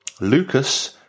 Lucas